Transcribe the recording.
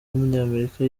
w’umunyamerika